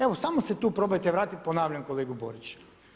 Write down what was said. Evo, samo se tu probajte vratiti ponavljam kolegu Borić.